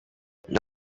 iryo